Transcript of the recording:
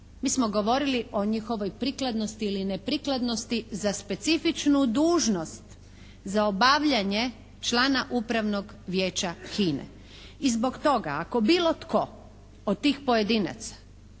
Mi smo govorili o njihovoj prikladnosti ili neprikladnosti za specifičnu dužnost, za obavljanje člana upravnog vijeća HINA-e. I zbog toga ako bilo tko od tih pojedinaca